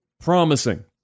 promising